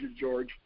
George